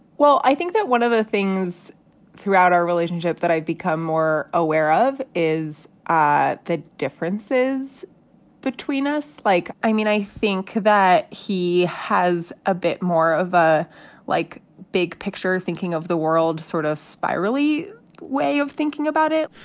well, i think that one of the things throughout our relationship that i've become more aware of is the differences between us. like i mean, i think that he has a bit more of ah like big picture thinking of the world sort of spirally way of thinking about it.